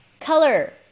Color